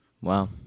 Wow